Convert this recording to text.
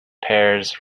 pears